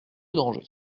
danger